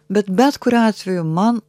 bet bet kuriuo atveju man